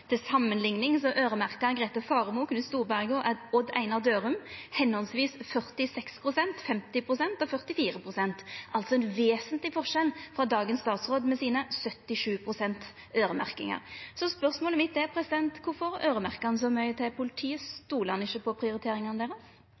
Til samanlikning øyremerkte Grete Faremo, Knut Storberget og Odd Einar Dørum høvesvis 46 pst., 50 pst. og 44 pst. – altså ein vesentleg forskjell frå dagens statsråd, med sine 77 pst øyremerkingar. Så spørsmålet mitt er: Kvifor øyremerkjer han så mykje til politiet? Stoler han ikkje på prioriteringane